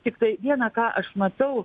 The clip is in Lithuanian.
tiktai viena ką aš matau